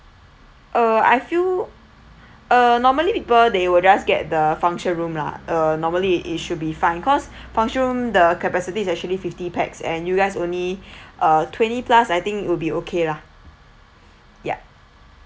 uh I feel uh normally people they will just get the function room lah uh normally it should be fine cause function room the capacities is actually fifty pax and you guys only twenty plus I think it would be okay lah yup